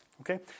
okay